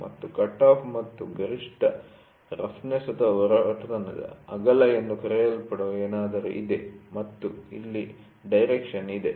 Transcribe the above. ಮತ್ತು ಕಟ್ಆಫ್ ಮತ್ತು ಗರಿಷ್ಠ ರಫ್ನೆಸ್ಒರಟುತನ ಅಗಲ ಎಂದು ಕರೆಯಲ್ಪಡುವ ಏನಾದರೂ ಇದೆ ಮತ್ತು ಇಲ್ಲಿ ಡೈರೆಕ್ಷನ್ ಇದೆ